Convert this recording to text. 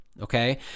okay